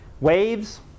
waves